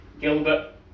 Gilbert